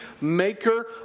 maker